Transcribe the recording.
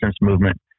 movement